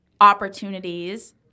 opportunities –